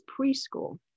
preschool